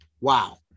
Wow